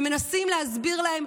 ומנסים להסביר להם,